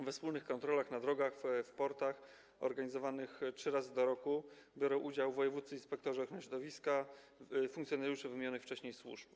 We wspólnych kontrolach na drogach, w portach, organizowanych trzy razy do roku, biorą udział wojewódzcy inspektorzy ochrony środowiska i funkcjonariusze wymienionych wcześniej służb.